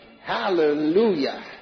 Hallelujah